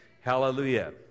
Hallelujah